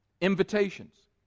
Invitations